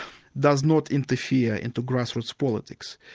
does not interfere into grassroots politics.